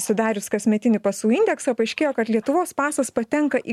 sudarius kasmetinį pasų indeksą paaiškėjo kad lietuvos pasas patenka į